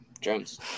Jones